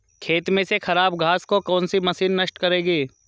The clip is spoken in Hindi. खेत में से खराब घास को कौन सी मशीन नष्ट करेगी?